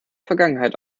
vergangenheit